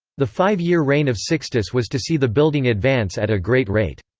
the five-year reign of sixtus was to see the building advance at a great rate.